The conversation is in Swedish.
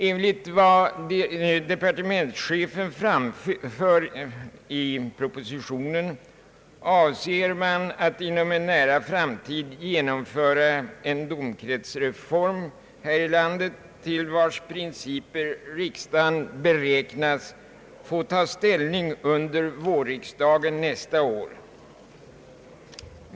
Enligt vad departementschefen framför i propositionen avser man att inom en nära framtid genomföra en domkretsreform här i landet, till vars principer riksdagen beräknas få ta ställning under vårriksdagen nästa år.